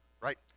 Right